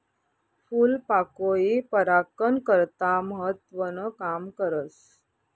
फूलपाकोई परागकन करता महत्वनं काम करस